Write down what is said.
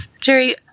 Jerry